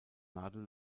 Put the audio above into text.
nadel